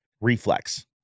reflex